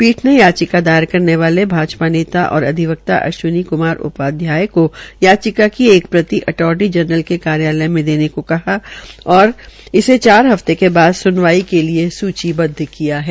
पीठ ने याचिका दायर करने वाले भाजपा नेता और अधिवक्ता अश्विनी कुमार उपाध्याय को याचिका की एक प्रति अटॉर्नी जनरल के कार्याकाल मे देने को कहा है और इसे चार हफ्ते के बाद सुनवाई के लिये सूचीबद्व किया है